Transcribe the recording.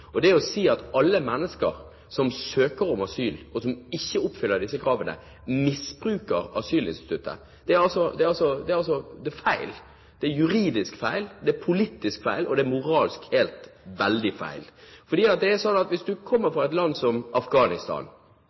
og det å si at alle mennesker som søker om asyl, og som ikke oppfyller kravene, «misbruker asylinstituttet», er feil. Det er juridisk feil, det er politisk feil, og det er moralsk veldig feil. Det kommer mange flyktninger fra Afghanistan. Over halvparten av flyktningene som kommer til Norge, kommer fra land som